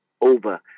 over